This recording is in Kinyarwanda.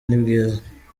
nibwiza